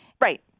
Right